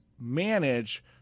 manage